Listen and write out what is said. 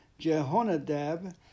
Jehonadab